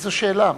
איזו שאלה?